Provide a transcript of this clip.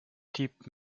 types